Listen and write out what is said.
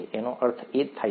તેનો અર્થ એ જ થાય છે